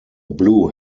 blue